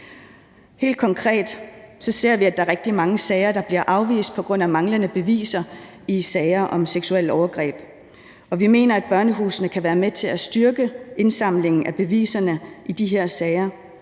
Helt konkret ser vi, at der er rigtig mange sager, der bliver afvist på grund af manglende beviser i sager om seksuelle overgreb, og vi mener, at børnehusene kan være med til at styrke indsamlingen af beviserne i de her sager.